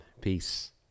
peace